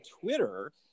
Twitter